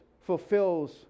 fulfills